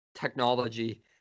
technology